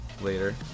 later